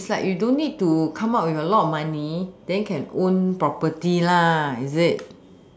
it's like you don't need to come out with a lot of money then can own property lah is it